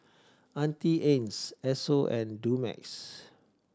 Auntie Anne's Esso and Dumex